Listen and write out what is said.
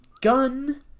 gun